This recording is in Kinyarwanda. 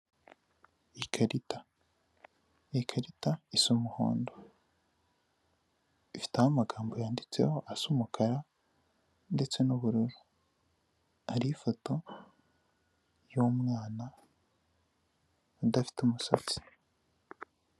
Ikarita, ni ikarita isa umuhondo, ifiteho amagambo yanditseho asa umukara ndetse n'ubururu, hariho ifoto y'umwana adafite umusatsi.